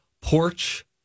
porch